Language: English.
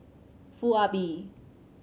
Foo Ah Bee